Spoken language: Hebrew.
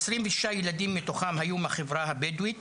26 ילדים מתוכם היו מהחברה הבדואית,